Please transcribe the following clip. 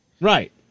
Right